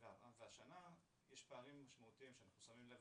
השנה יש פערים משמעותיים שאנחנו שמים לב,